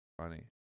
funny